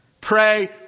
Pray